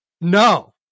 no